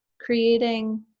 creating